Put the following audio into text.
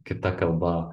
kita kalba